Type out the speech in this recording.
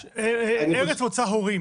ארץ מוצא הורים